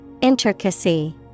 Intricacy